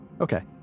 Okay